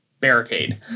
barricade